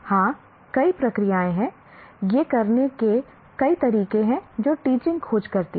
हां कई प्रक्रियाएं हैं यह करने के कई तरीके हैं जो टीचिंग खोज करती है